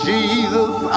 Jesus